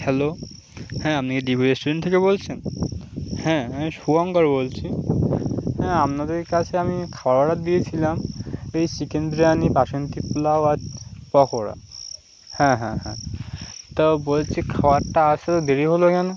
hello হ্যাঁ আপনি D V restaurant থেকে বলছেন হ্যাঁ আমি শুভঙ্কর বলছি হ্যাঁ আপনাদের কাছে আমি খাওয়ার অর্ডার দিয়েছিলাম এই চিকেন বিরিয়ানি বাসন্তী পোলাও আর পকোড়া হ্যাঁ হ্যাঁ হ্যাঁ তো বলছি খাবারটা আসলে তো দেরি হলো যেন